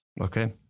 Okay